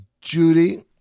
Judy